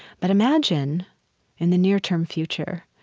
but imagine in the near-term future,